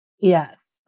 Yes